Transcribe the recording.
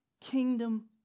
kingdom